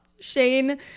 Shane